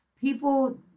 people